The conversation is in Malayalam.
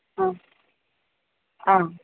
ആ ആ